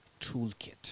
toolkit